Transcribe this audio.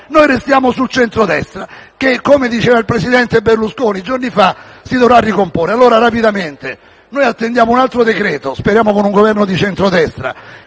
Noi restiamo sul centrodestra che, come diceva il presidente Berlusconi giorni fa, si dovrà ricomporre. Attendiamo un altro decreto-legge, speriamo con un Governo di centrodestra,